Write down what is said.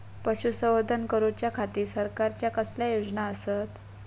पशुसंवर्धन करूच्या खाती सरकारच्या कसल्या योजना आसत?